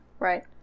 Right